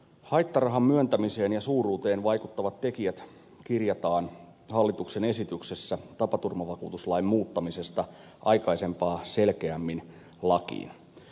haittarahan myöntämiseen ja suuruuteen vaikuttavat tekijät kirjataan hallituksen esityksessä tapaturmavakuutuslain muuttamisesta aikaisempaa selkeämmin lakiin